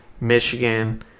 Michigan